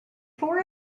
for